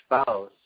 spouse